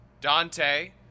Dante